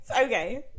okay